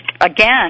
again